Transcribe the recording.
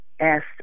asked